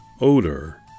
odor